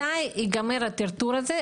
מתי ייגמר הטרטור הזה?